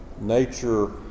nature